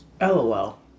LOL